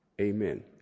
amen